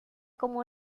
como